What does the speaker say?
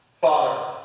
Father